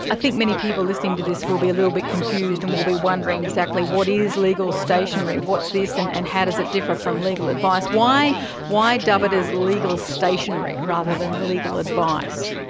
i think many people listening to this will be a little bit confused and will be wondering exactly what is legal stationery, what's this, and and how does it differ from legal advice. why why dub it as legal stationery rather than legal advice?